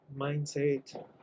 mindset